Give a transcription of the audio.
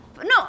No